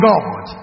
God